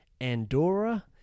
Andorra